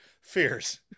Fears